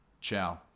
Ciao